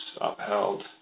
upheld